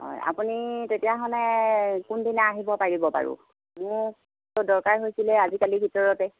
হয় আপুনি তেতিয়াহ'লে কোনদিনা আহিব পাৰিব বাৰু মোকটো দৰকাৰ হৈছিলে আজি কালি ভিতৰতে